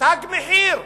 תג מחיר.